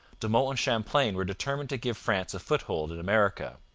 de monts and champlain were determined to give france a foothold in america.